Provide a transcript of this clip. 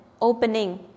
opening